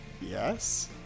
Yes